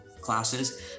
classes